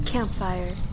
Campfire